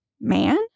man